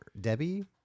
Debbie